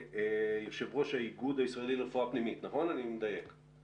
יושב-ראש האיגוד הישראלי לרפואה פנימית, בבקשה.